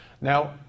Now